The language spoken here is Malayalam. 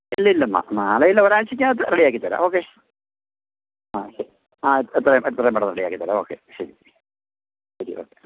ഇല്ല ഇല്ല നാ നാളെ ഇല്ല ഒരാഴ്ചയ്ക്കകത്ത് റെഡി ആക്കി തരാം ഓക്കെ ആ ശരി ആ എത്രയും എത്രയും പെട്ടെന്ന് റെഡി ആക്കി തരാം ഓക്കെ ശരി ശ് ശരി ഓക്കെ